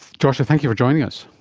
joshua, thank you for joining us.